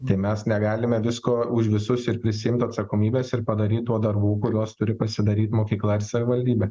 tai mes negalime visko už visus ir prisiimt atsakomybės ir padaryt tų darbų kuriuos turi pasidaryt mokykla ir savivaldybė